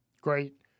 Great